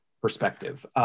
perspective